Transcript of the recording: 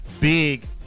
big